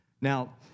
Now